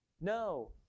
No